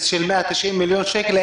של 190 מיליון שקלים?